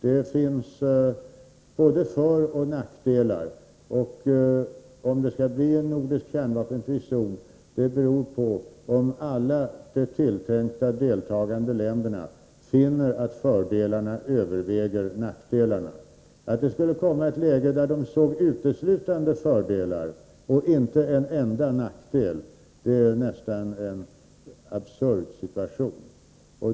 Det finns både föroch nackdelar med en nordisk kärnvapenfri zon, och det fordras att alla de tilltänkta deltagande länderna finner att fördelarna överväger nackdelarna för att det skall bli en sådan zon. Att vi skulle få ett läge där parterna såg uteslutande fördelar och inte en enda nackdel är nästan en absurd tanke.